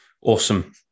Awesome